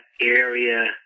area